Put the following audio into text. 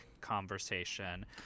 conversation